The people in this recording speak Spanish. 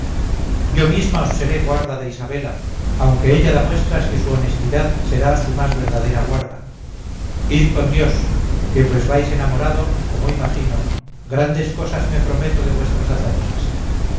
yo misma os seré guarda de isabela aunque ella da muestras que su honestidad será su más verdadera guarda id con dios que pues vais enamorado como imagino grandes cosas me prometo de vuestras hazañas